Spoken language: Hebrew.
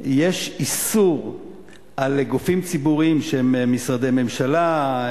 יש איסור על גופים ציבוריים שהם משרדי ממשלה,